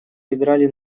играли